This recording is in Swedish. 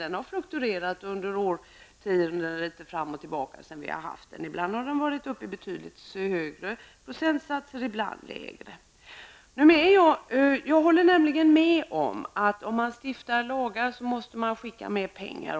Det har funnits fluktuationer under årtionden, eller sedan reklamskatten infördes. Ibland har det således varit högre procentsatser och ibland lägre. Jag håller med om att man, om lagar stiftas, också måste skicka med pengar.